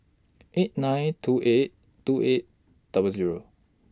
eight nine two eight two eight double Zero